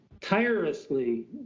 tirelessly